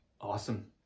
Awesome